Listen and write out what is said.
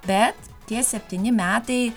bet tie septyni metai